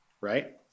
right